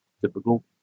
typical